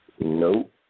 Nope